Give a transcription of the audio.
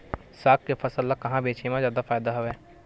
साग के फसल ल कहां बेचे म जादा फ़ायदा हवय?